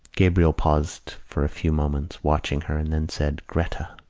gabriel paused for a few moments, watching her, and then said gretta!